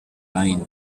line